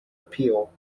appeal